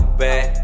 bad